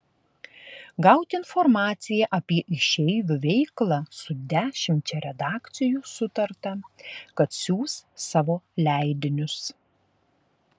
gauti informaciją apie išeivių veiklą su dešimčia redakcijų sutarta kad siųs savo leidinius